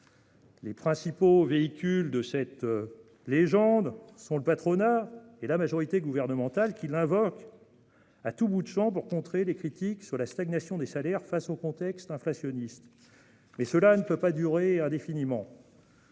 Les principaux pourvoyeurs de cette légende sont le patronat et la majorité gouvernementale, qui l'invoquent à tout bout de champ pour contrer les critiques émises sur la stagnation des salaires dans un contexte inflationniste. Mais cela ne peut durer indéfiniment